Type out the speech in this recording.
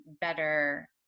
better